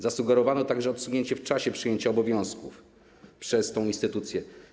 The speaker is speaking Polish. Zasugerowano także odsunięcie w czasie przejęcia obowiązków przez tę instytucję.